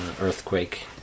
earthquake